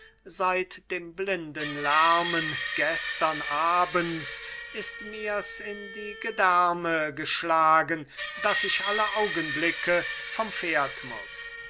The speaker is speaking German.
seit dem blinden lärmen gestern abends ist mir's in die gedärme geschlagen daß ich alle augenblicke vom pferd muß